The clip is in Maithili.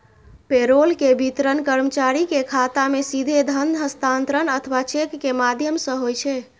पेरोल के वितरण कर्मचारी के खाता मे सीधे धन हस्तांतरण अथवा चेक के माध्यम सं होइ छै